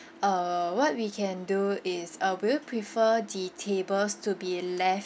uh what we can do is uh will you prefer the tables to be left